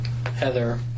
Heather